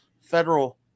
federal